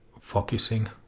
focusing